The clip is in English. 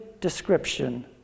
description